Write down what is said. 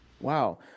wow